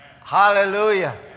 Hallelujah